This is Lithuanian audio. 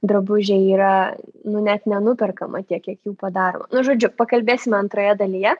drabužiai yra nu net nenuperkama tiek kiek jų padaroma nu žodžiu pakalbėsime antroje dalyje